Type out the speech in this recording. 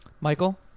Michael